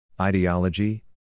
ideology